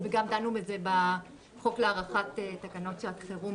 וגם דנו בזה בחוק להארכת תקנות שעת חירום,